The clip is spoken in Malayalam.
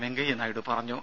വെങ്കയ്യനായിഡു പറഞ്ഞു